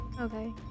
Okay